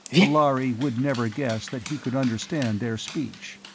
the lhari would never guess that he could understand their speech.